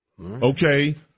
Okay